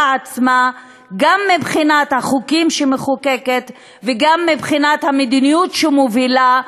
עצמה גם מבחינת החוקים שהיא מחוקקת וגם מבחינת המדיניות שהיא מובילה,